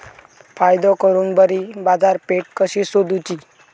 फायदो करून बरी बाजारपेठ कशी सोदुची?